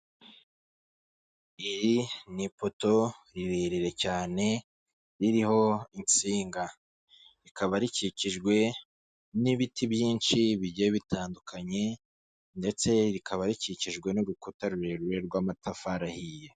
Iri ni ipoto rirerurire cyane ririho insinga, rikaba rikikijwe n'ibiti byinshi bigiye bitandukanye ndetse rikaba rikikijwe n'urukuta rurerure rw'amatafari ahiye.